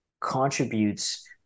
contributes